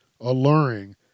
alluring